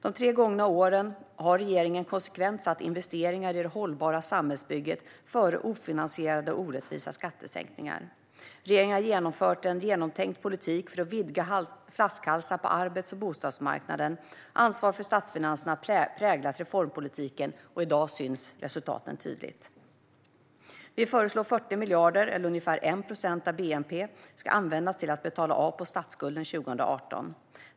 De tre gångna åren har regeringen konsekvent satt investeringar i det hållbara samhällsbygget före ofinansierade och orättvisa skattesänkningar. Regeringen har fört en genomtänkt politik för att vidga flaskhalsar på arbets och bostadsmarknaden. Ansvar för statsfinanserna har präglat reformpolitiken, och i dag syns resultaten tydligt. Vi föreslår att 40 miljarder kronor, eller ungefär 1 procent av bnp, ska användas till att betala av på statskulden 2018.